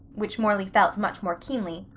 which morley felt much more keenly.